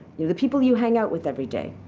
the people you hang out with every day.